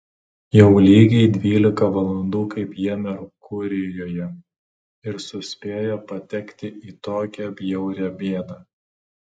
jau lygiai dvylika valandų kaip jie merkurijuje ir suspėjo patekti į tokią bjaurią bėdą